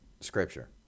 scripture